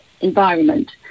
environment